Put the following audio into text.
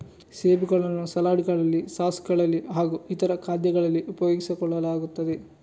ಸೇಬುಗಳನ್ನು ಸಲಾಡ್ ಗಳಲ್ಲಿ ಸಾಸ್ ಗಳಲ್ಲಿ ಹಾಗೂ ಇತರ ಖಾದ್ಯಗಳಲ್ಲಿ ಉಪಯೋಗಿಸಲಾಗುತ್ತದೆ